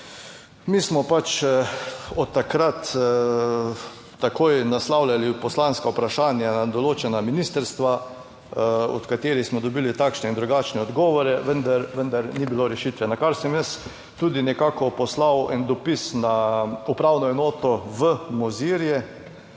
Mi smo od takrat takoj naslavljali poslanska vprašanja na določena ministrstva od katerih smo dobili takšne in drugačne odgovore, vendar ni bilo rešitve, na kar sem jaz tudi nekako poslal en dopis na upravno enoto v Mozirje,